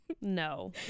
No